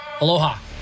Aloha